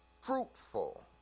fruitful